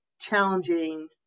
challenging